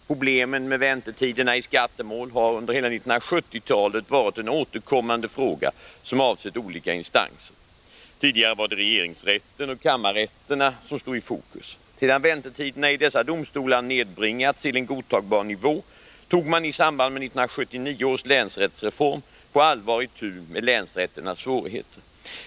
Problemen med väntetiderna i skattemål har under hela 1970-talet varit en återkommande fråga som avsett olika instanser. Tidigare var det regeringsrätten och kammarrätterna som stod i fokus. Sedan väntetiderna i dessa domstolar nedbringats till en godtagbar nivå tog man i samband med 1979 års länsrättsreform på allvar itu med länsrätternas svårigheter.